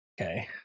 Okay